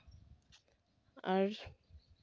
ᱟᱨ